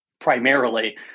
primarily